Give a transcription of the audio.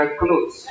close